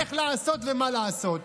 איך לעשות ומה לעשות.